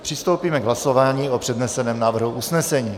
Přistoupíme k hlasování o předneseném návrhu usnesení.